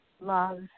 Love